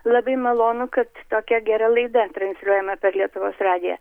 labai malonu kad tokia gera laida transliuojama per lietuvos radiją